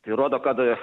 tai rodo kad